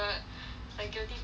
my guilty pleasure